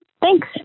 Thanks